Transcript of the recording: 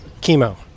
chemo